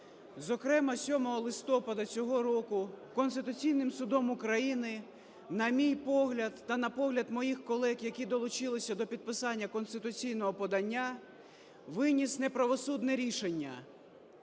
Зокрема, 7 листопада цього року Конституційний Суд України, на мій погляд та на погляд моїх колег, які долучилися до підписання конституційного подання, виніс неправосудне рішення.